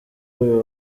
uyu